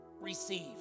Receive